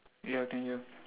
ya I can hear